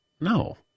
no